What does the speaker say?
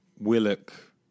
Willock